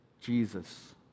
Jesus